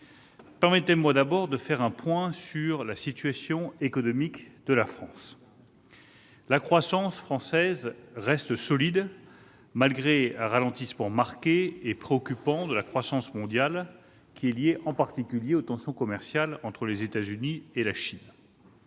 Permettez-moi tout d'abord de faire un point sur la situation économique de la France. La croissance française reste solide malgré un ralentissement marqué et préoccupant de la croissance mondiale, lié en particulier aux tensions commerciales entre les États-Unis et la Chine.